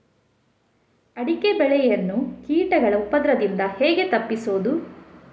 ಅಡಿಕೆ ಬೆಳೆಯನ್ನು ಕೀಟಗಳ ಉಪದ್ರದಿಂದ ಹೇಗೆ ತಪ್ಪಿಸೋದು?